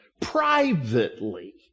privately